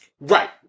Right